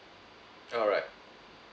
alright